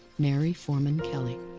mary foreman kelly.